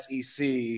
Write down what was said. SEC